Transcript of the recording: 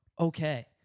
okay